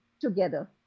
together